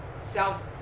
South